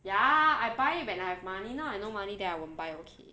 ya I buy it when I have money now I no money then I won't buy okay